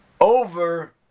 over